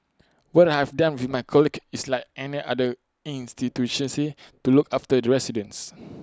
what I've done with my colleagues is like any other to look after the residents